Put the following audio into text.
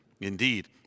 indeed